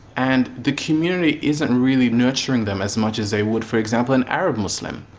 and the community isn't really nurturing them as much as they would, for example, an arab muslim.